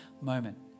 moment